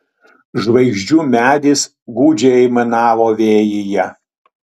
žvaigždžių medis gūdžiai aimanavo vėjyje